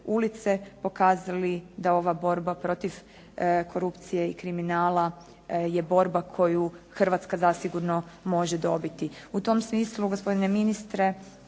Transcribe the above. ulice, pokazali da ova borba protiv korupcije i kriminala je borba koju Hrvatska zasigurno može dobiti. U tom smislu gospodine ministre